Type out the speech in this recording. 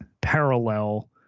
parallel